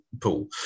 pool